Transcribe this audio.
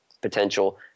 potential